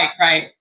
right